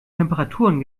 temperaturen